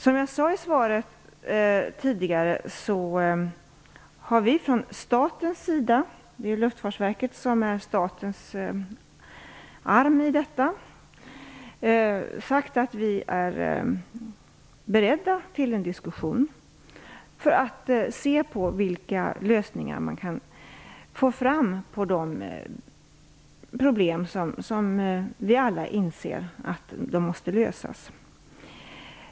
Som jag sade i svaret tidigare har vi från statens sida - det är Luftfartsverket som är statens arm i detta - sagt att vi är beredda till en diskussion för att se vilka lösningar man kan få fram på de problem som vi alla inser måste lösas.